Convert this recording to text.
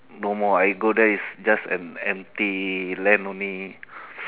no more I go there it's just an empty land only